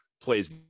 plays